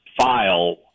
file